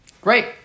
Great